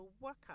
workout